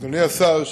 אדוני השר,